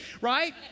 right